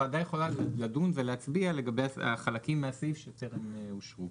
הוועדה יכול לדון ולהצביע לגבי החלקים מהסעיף שטרם אושרו.